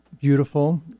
beautiful